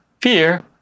fear